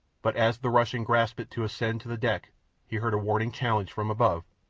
but as the russian grasped it to ascend to the deck he heard a warning challenge from above,